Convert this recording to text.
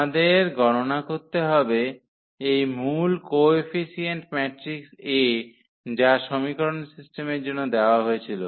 আমাদের গণনা করতে হবে এই মূল কোএফিসিয়েন্ট ম্যাট্রিক্স A যা সমীকরণ সিস্টেমের জন্য দেওয়া হয়েছিল